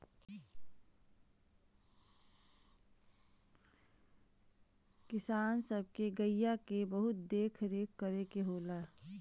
किसान सब के गइया के बहुत देख रेख करे के होला